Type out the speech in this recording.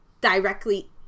directly